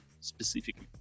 specifically